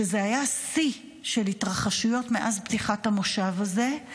שזה היה שיא של התרחשויות מאז פתיחת המושב הזה,